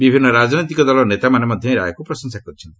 ବିଭିନ୍ନ ରାଜନୈତିକ ଦଳର ନେତାମାନେ ମଧ୍ୟ ଏହି ରାୟକୁ ପ୍ରଶଂସା କରିଛନ୍ତି